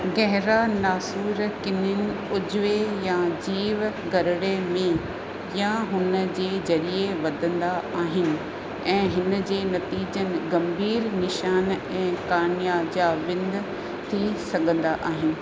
गहेरा नासूर किन्हनि उज्वे यां जीव घरिड़े में या हुनजे ज़रिए वधिन्दा आहिनि ऐं हिनजे नतीजतनि गंभीरु निशानु ऐं कार्निया जा विंध थी सघन्दा आहिनि